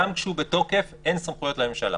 גם כשהוא בתוקף, אין סמכויות לממשלה.